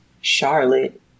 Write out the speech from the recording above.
Charlotte